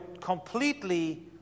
completely